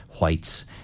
whites